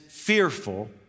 fearful